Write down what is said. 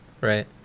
right